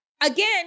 again